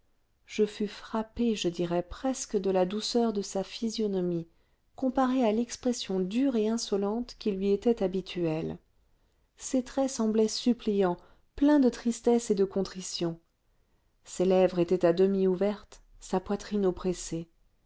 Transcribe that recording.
je fus frappée je dirai presque de la douceur de sa physionomie comparée à l'expression dure et insolente qui lui était habituelle ses traits semblaient suppliants pleins de tristesse et de contrition ses lèvres étaient à demi ouvertes sa poitrine oppressée